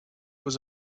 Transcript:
was